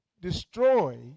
destroy